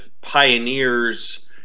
pioneers